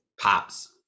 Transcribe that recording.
pops